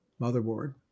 motherboard